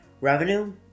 Revenue